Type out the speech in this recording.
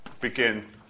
begin